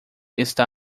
está